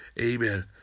amen